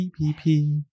PPP